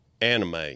anime